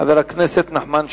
חבר הכנסת נחמן שי.